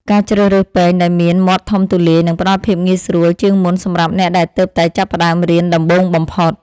ការជ្រើសរើសពែងដែលមានមាត់ធំទូលាយនឹងផ្តល់ភាពងាយស្រួលជាងមុនសម្រាប់អ្នកដែលទើបតែចាប់ផ្តើមរៀនដំបូងបំផុត។